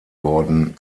gordon